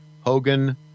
Hogan